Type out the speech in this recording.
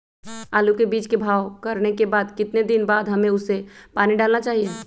आलू के बीज के भाव करने के बाद कितने दिन बाद हमें उसने पानी डाला चाहिए?